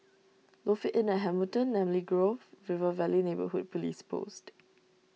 Lofi Inn at Hamilton Namly Grove River Valley Neighbourhood Police Post